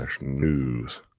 News